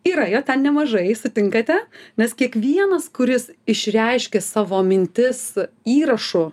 yra jo ten nemažai sutinkate nes kiekvienas kuris išreiškė savo mintis įrašu